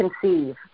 conceive